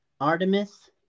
Artemis